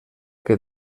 que